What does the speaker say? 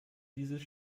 dieses